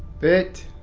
bit!